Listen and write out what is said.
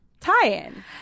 tie-in